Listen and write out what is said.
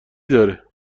داره